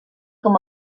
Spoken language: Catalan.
com